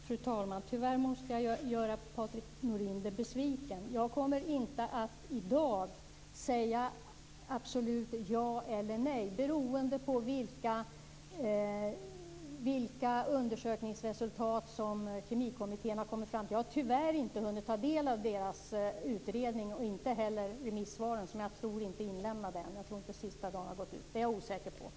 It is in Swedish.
Fru talman! Tyvärr måste jag göra Patrik Norinder besviken. Jag kommer inte att i dag säga absolut ja eller nej. Svaret beror på vilka undersökningsresultat som Kemikommittén har kommit fram till. Jag har tyvärr inte hunnit ta del av den utredningen, och inte heller remissvaren, som ännu inte är inlämnade - jag tror inte att tiden har gått ut.